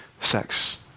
sex